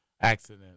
accident